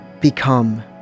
become